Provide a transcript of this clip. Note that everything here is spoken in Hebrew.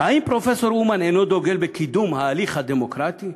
האם פרופסור אומן אינו דוגל בקידום ההליך הדמוקרטי?